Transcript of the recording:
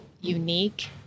unique